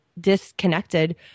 disconnected